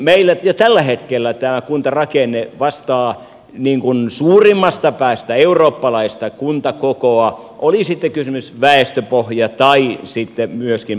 meillä tällä hetkellä tämä kuntarakenne vastaa suurimmasta päästä eurooppalaista kuntakokoa oli sitten kysymyksessä väestöpohja tai sitten myöskin maantieteellinen alue